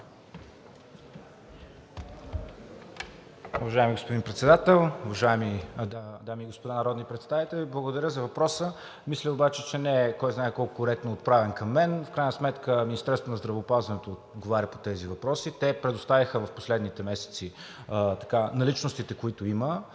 Уважаеми господин Председател, уважаеми дами и господа народни представители! Благодаря за въпроса. Мисля обаче, че не е кой знае колко коректно отправен към мен. В крайна сметка Министерството на здравеопазването отговаря по тези въпроси. Те предоставиха в последните месеци наличностите, които имат.